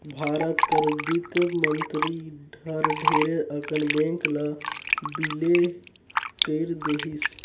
भारत कर बित्त मंतरी हर ढेरे अकन बेंक ल बिले कइर देहिस